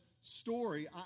story